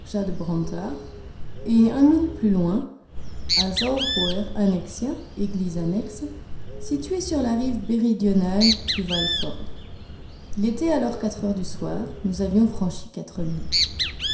et un mille plus loin à saurber annexia église annexe située sur la rive méridionale du hvalfjrd il était alors quatre heures du soir nous avions franchi quatre milles